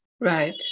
right